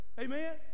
Amen